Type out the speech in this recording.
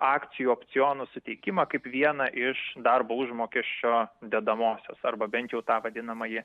akcijų opcionų suteikimą kaip vieną iš darbo užmokesčio dedamosios arba bent jau tą vadinamąjį